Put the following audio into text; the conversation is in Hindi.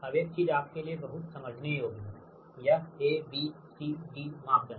अब एक चीज आपके लिए बहुत समझने योग्य है यह A B C D मापदंड